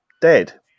dead